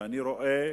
ואני רואה